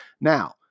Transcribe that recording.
Now